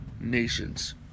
nations